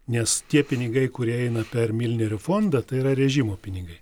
nes tie pinigai kurie eina per milnerio fondą tai yra režimo pinigai